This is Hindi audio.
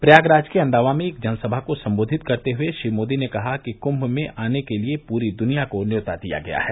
प्रयागराज के अंदावा में एक जनसभा को सम्बोधित करते हूये श्री मोदी ने कहा कि कुम्म में आने के लिये पूरी दुनिया को न्यौता दिया गया है